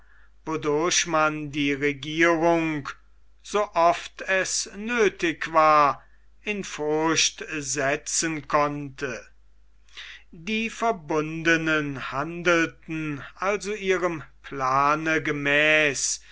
wodurch man die regierung so oft es nöthig war in furcht setzen konnte die verbundenen handelten also ihrem plane gemäß